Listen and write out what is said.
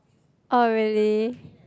oh really